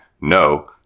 no